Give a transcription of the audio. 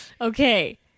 Okay